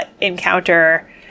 encounter